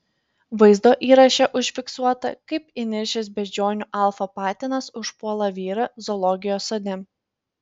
vaizdo įraše užfiksuota kaip įniršęs beždžionių alfa patinas užpuola vyrą zoologijos sode